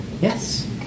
Yes